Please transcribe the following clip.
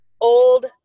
old